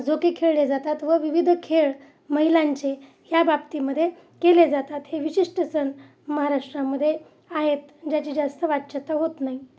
झोके खेळले जातात व विविध खेळ महिलांचे या बाबतीमधे केले जातात हे विशिष्ट सण महाराष्ट्रामध्ये आहेत ज्याची जास्त वाच्चता होत नाही